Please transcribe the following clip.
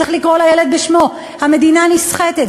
צריך לקרוא לילד בשמו: המדינה נסחטת.